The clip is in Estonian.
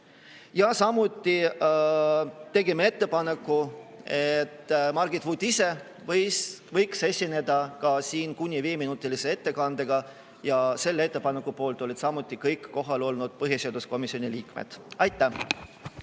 Samuti tegime ettepaneku, et Margit Vutt ise võiks esineda siin kuni viieminutilise ettekandega, ja selle ettepaneku poolt olid kõik kohal olnud põhiseaduskomisjoni liikmed. Aitäh!